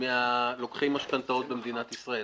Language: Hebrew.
לוקחים משכנתאות במדינת ישראל.